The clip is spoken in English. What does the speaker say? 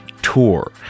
tour